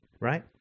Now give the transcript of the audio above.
right